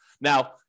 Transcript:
Now